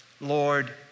Lord